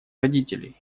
родителей